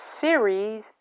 series